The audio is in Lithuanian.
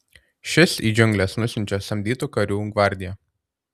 šis į džiungles nusiunčia samdytų karių gvardiją